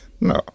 No